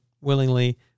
willingly